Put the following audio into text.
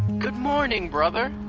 good morning, brother!